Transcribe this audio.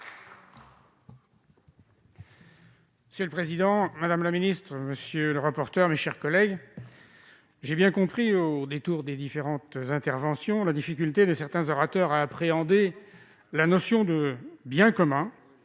Monsieur le président, madame la ministre, mes chers collègues, j'ai bien compris, au détour des différentes interventions, la difficulté de certains orateurs à appréhender la notion de « biens communs »,